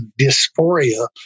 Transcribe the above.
dysphoria